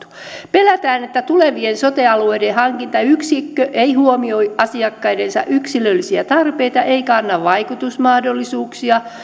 pelätään että tulevien sote alueiden hankintayksikkö ei huomioi asiakkaidensa yksilöllisiä tarpeita eikä anna vaikutusmahdollisuuksia